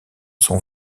sont